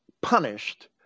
punished